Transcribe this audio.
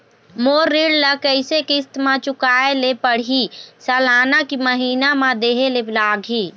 मोर ऋण ला कैसे किस्त म चुकाए ले पढ़िही, सालाना की महीना मा देहे ले लागही?